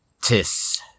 tis